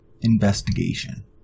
Investigation